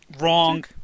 Wrong